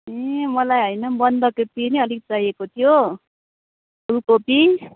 ए मलाई होइन बन्दाकोपी नि अलिक चाहिएको थियो फुलकोपी